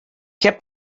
kept